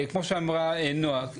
כמו שאמרה נועה,